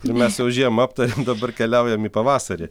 mes jau žiemą aptarėm dabar keliaujam į pavasarį